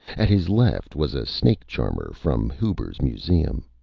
at his left was a snake-charmer from huber's museum.